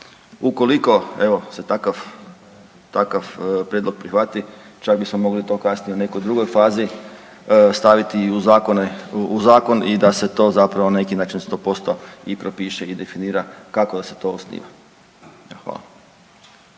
se takav, takav prijedlog prihvati čak bismo mogli to kasnije u nekoj drugoj fazi staviti i u zakone, u zakon i da se to zapravo na neki način 100% i propiše i definira kako da se to osniva. Evo,